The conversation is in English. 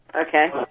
Okay